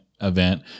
event